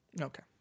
Okay